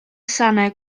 sanau